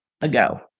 ago